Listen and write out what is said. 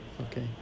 okay